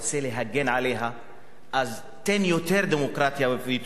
להגן עליה אז תן יותר דמוקרטיה ויותר חופש.